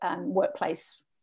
Workplace